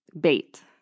bait